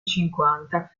cinquanta